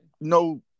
no